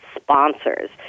sponsors